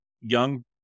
young